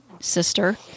sister